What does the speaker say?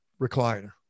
recliner